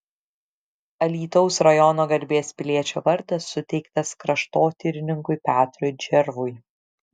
alytaus rajono garbės piliečio vardas suteiktas kraštotyrininkui petrui džervui